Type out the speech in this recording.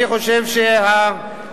אני חושב שהממשלה,